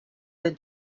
the